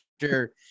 sure